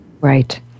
Right